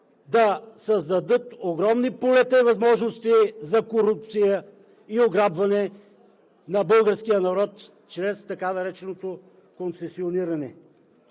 да създадат огромни полета и възможности за корупция и ограбване на българския народ чрез така нареченото концесиониране.